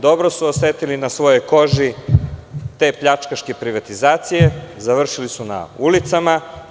Dobro su osetili na svojoj koži te pljačkaške privatizacije, završili su na ulici.